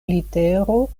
litero